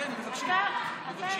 כן, מבקשים, מבקשים.